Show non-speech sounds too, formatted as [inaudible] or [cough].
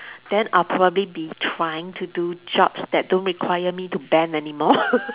then I'll probably be trying to do jobs that don't require me to bend anymore [laughs]